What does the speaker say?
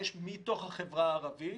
יש מתוך החברה הערבית.